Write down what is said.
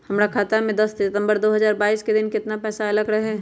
हमरा खाता में दस सितंबर दो हजार बाईस के दिन केतना पैसा अयलक रहे?